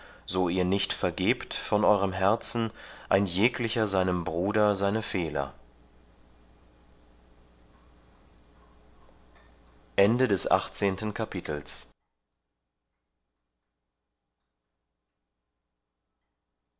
so ihr nicht vergebt von eurem herzen ein jeglicher seinem bruder seine fehler